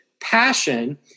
passion